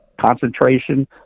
concentration